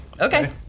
Okay